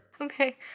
Okay